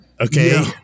Okay